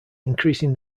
increasing